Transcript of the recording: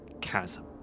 chasm